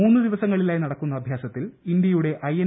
മൂന്ന് ദിവസങ്ങളിലായി നടക്കുന്ന അഭ്യാസത്തിൽ ഇന്ത്യയുടെ ഐ എൻ